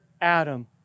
Adam